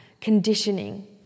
conditioning